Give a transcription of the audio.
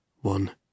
one